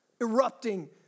erupting